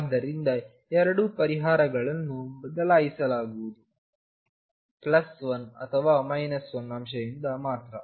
ಆದ್ದರಿಂದ ಎರಡು ಪರಿಹಾರಗಳನ್ನು ಬದಲಾಯಿಸಲಾಗುವುದು 1 ಅಥವಾ 1 ಅಂಶದಿಂದ ಮಾತ್ರ